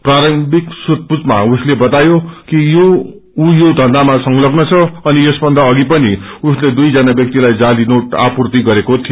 प्रारम्भिक सोधपूछमा उसले बतायो कि उ यो धन्धामा संसग्न छ अनि यसभन्दा अघि पनि उसले दुई जना व्याक्तिलाई जाली नोट आपूर्ति गरेको थियो